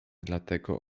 dlatego